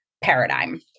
paradigm